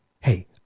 Hey